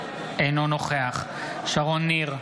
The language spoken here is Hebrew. אינו נוכח שרון ניר,